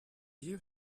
you